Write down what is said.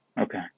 Okay